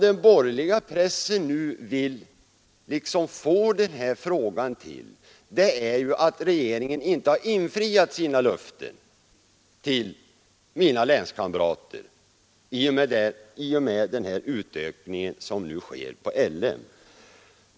Den borgerliga pressen vill nu få det till att regeringen inte har infriat sina löften till mina länskamrater i och med den utökning som sker på LM.